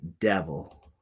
devil